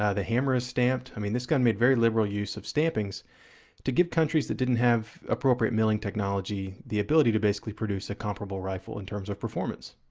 ah the hammer is stamped, i mean this gun made very liberal use of stampings to give countries that didn't have appropriate milling technology the ability to basically produce a comparable rifle in terms of performance.